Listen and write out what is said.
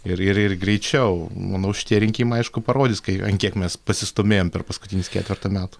ir ir ir greičiau manau šitie rinkimai aišku parodys kai ant kiek mes pasistūmėjom per paskutinius ketvertą metų